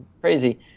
crazy